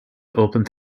opened